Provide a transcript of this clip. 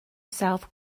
south